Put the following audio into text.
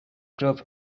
group